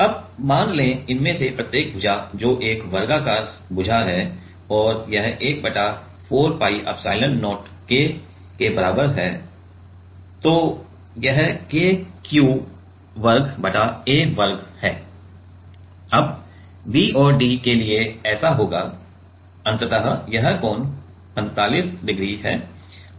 अब मान लें कि इनमें से प्रत्येक भुजा जो एक वर्गाकार भुजा है और यह 1 बटा 4 पाई एप्सिलॉन नॉट K के बराबर है तो यह K q वर्ग बटा a वर्ग है अब B और D के लिए ऐसा होगा अंततः यह कोण 45 डिग्री है